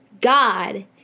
God